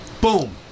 Boom